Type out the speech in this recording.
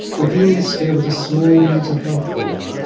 within this there was a small mental health ward,